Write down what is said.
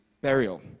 burial